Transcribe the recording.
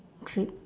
trip